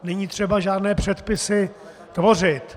Není třeba žádné předpisy tvořit.